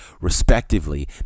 respectively